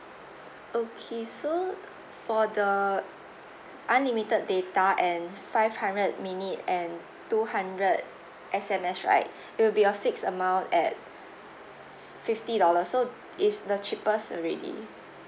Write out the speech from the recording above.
okay so for the unlimited data and five hundred minute and two hundred S_M_S right it will be a fixed amount at s~ fifty dollar so it's the cheapest already